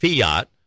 fiat